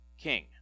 king